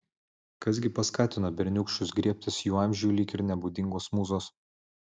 kas gi paskatino berniūkščius griebtis jų amžiui lyg ir nebūdingos mūzos